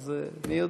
אז מי יודע.